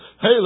hey